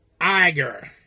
Iger